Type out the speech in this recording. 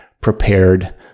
prepared